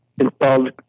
involved